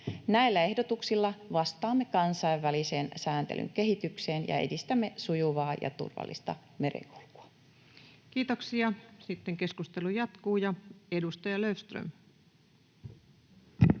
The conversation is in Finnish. Näillä ehdotuksilla vastaamme kansainvälisen sääntelyn kehitykseen ja edistämme sujuvaa ja turvallista merenkulkua. [Speech 39] Speaker: Ensimmäinen